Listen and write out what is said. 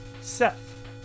Seth